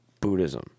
Buddhism